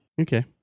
Okay